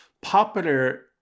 popular